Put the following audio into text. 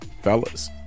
fellas